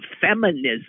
feminism